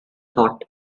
thought